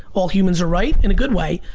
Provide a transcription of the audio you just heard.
all humans are right, in a good way.